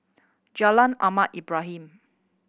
Jalan Ahmad Ibrahim